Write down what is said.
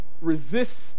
Resist